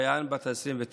ביאן בת ה-29,